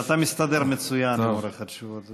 אבל אתה מסתדר מצוין באורך התשובות,